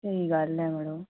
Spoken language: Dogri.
स्हेई गल्ल ऐ मड़ो